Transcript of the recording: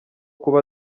kuba